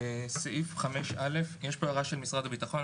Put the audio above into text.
סעיף 5א. יש פה הערה של משרד הביטחון,